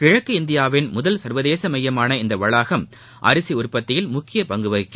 கிழக்கு இந்தியாவின் முதல் சர்வதேச மையமான இந்த வளாகம் அரிசி உற்பத்தியில் முக்கிய பங்கு வகிக்கும்